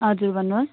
हजुर भन्नुहोस्